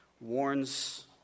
warns